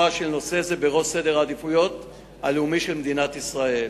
של נושא זה בראש סדר-העדיפויות הלאומי של מדינת ישראל.